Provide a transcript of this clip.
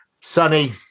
Sunny